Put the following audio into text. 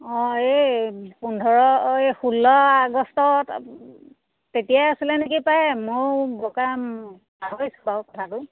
অঁ এই পোন্ধৰ অ' এই ষোল্ল আগষ্টত তেতিয়াই আছিলে নেকি পায় ময়ো বৰকৈ পাহৰিছোঁ বাৰু কথাটো